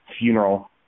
funeral